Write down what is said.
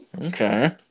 Okay